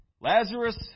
Lazarus